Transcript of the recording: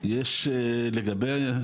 יש לגבי,